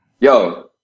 yo